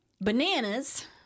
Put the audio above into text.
Bananas